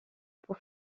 pour